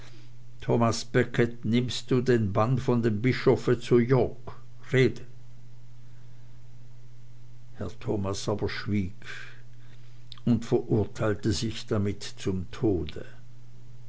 thomas becket nimmst du den bann von dem bischofe zu york rede herr thomas aber schwieg und verurteilte sich damit zum tode